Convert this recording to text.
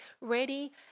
ready